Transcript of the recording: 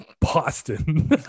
boston